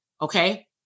okay